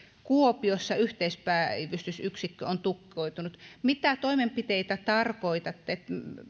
kuopiossa yhteispäivystysyksikkö on tukkeutunut mitä toimenpiteitä tarkoitatte